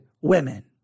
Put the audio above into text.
women